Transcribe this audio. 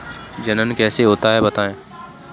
जनन कैसे होता है बताएँ?